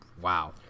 wow